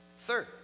Third